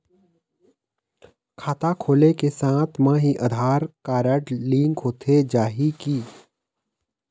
खाता खोले के साथ म ही आधार कारड लिंक होथे जाही की?